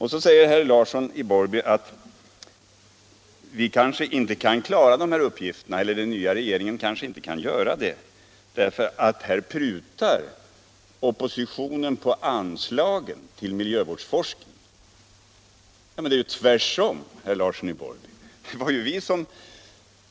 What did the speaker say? Herr Larsson i Borrby säger att den nya regeringen kanske inte kan klara de här uppgifterna därför att oppositionen prutar på anslagen till miljövårdsforskning. Men det är ju tvärtom, herr Larsson i Borrby!